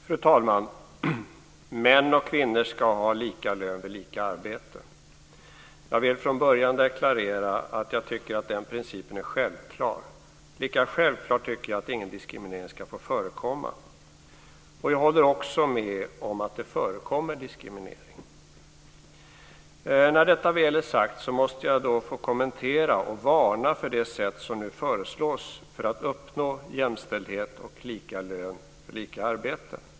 Fru talman! Män och kvinnor ska ha lika lön vid lika arbete. Jag vill från början deklarera att jag tycker att den principen är självklar. Lika självklart tycker jag det är att ingen diskriminering ska få förekomma. Jag håller också med om att det förekommer diskriminering. När detta väl är sagt måste jag få kommentera och varna för det sätt som nu föreslås för uppnående av jämställdhet och lika lön för lika arbete.